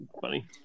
funny